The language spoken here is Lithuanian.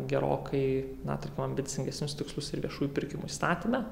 gerokai na tarkim ambicingesnius tikslus ir viešųjų pirkimų įstatyme